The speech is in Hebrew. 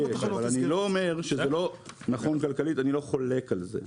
אבל אני לא אומר שזה לא נכון כלכלית אני לא חולק על זה,